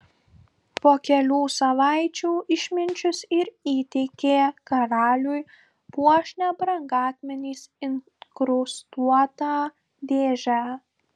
po kelių savaičių išminčius ir įteikė karaliui puošnią brangakmeniais inkrustuotą dėžę